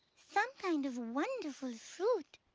some kind of wonderful fruit.